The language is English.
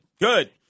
Good